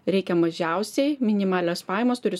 reikia mažiausiai minimalios pajamos turi